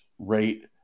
rate